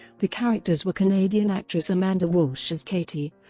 the characters were canadian actress amanda walsh as katie,